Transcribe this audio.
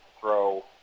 throw